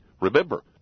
Remember